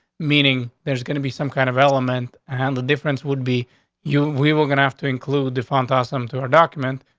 meaning there's gonna be some kind of element on and the difference would be you. we were gonna have to include the font awesome to our document.